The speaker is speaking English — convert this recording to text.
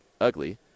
ugly